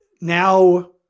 now